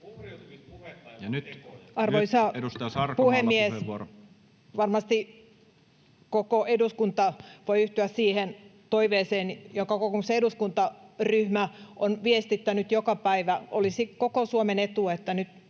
Arvoisa puhemies! Varmasti koko eduskunta voi yhtyä siihen toiveeseen, jonka kokoomuksen eduskuntaryhmä on viestittänyt joka päivä, että olisi koko Suomen etu, että nyt